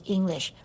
English